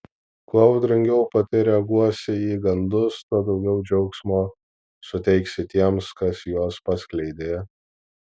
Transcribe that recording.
kuo audringiau pati reaguosi į gandus tuo daugiau džiaugsmo suteiksi tiems kas juos paskleidė